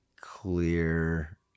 clear